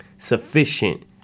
sufficient